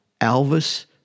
Alvis